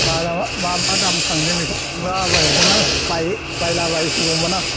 बाजाराव मा मा दाम थांदों बेखौ सोंला बायहरदोंलां बायहै बायला बायहैगौमोन आं